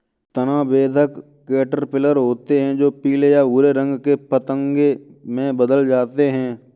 तना बेधक कैटरपिलर होते हैं जो पीले या भूरे रंग के पतंगे में बदल जाते हैं